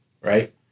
Right